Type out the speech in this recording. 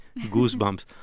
goosebumps